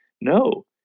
No